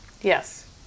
Yes